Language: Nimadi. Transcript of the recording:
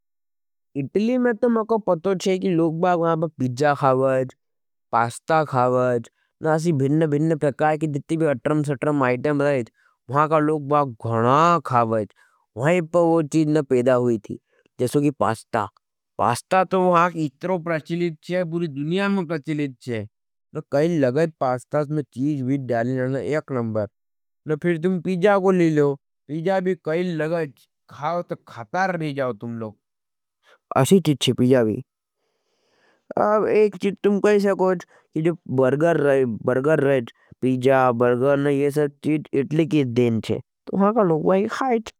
इटली में तो मैंका पतोच्य हज कि लोगबाग वहाँ पर पीजा खावाज। पास्ता खावाज। न आसी भिरन भिरन प्रकार के दिति भी अट्रम सट्रम आइटम रहेज। वहाँ का लोगबाग घणा खावाज। वहाँ पर वो चीजन पेदा हुई थी। जैसे कि पास्ता। पास्ता तो वहाँ इत्रो प्राचिलिक हज। पूरी दुनिया में प्राचिलिक हज। न कैल लगाएँ पास्ता में चीज भी डाली न न एक नंबर। न फिर तुम पीजा को ले लो। पीजा भी कैल लगाएँ, खाओ तो खतार नहीं जाओ तुम लोग। असी चीज हज पीजा भी। अब एक चीज तुम कहे सको जो बर्गर रहें, पीजा, बर्गर न ये सब चीज इटली की देन हज। तो हाँ का लोग भाई खाएच।